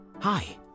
hi